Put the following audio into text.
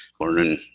learning